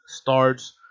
starts